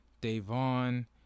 Devon